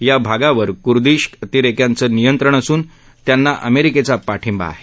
या भागावर कुर्दीश अतिरेक्यांच नियंत्रण असून त्यांना अमेरिकेचा पाठिंबा आहे